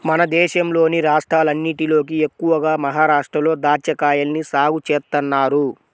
మన దేశంలోని రాష్ట్రాలన్నటిలోకి ఎక్కువగా మహరాష్ట్రలో దాచ్చాకాయల్ని సాగు చేత్తన్నారు